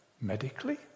medically